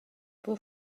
buca